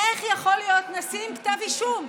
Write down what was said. איך יכול להיות נשיא עם כתב אישום?